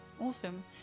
Awesome